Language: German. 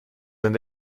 sein